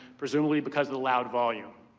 presumably because of the loud volume.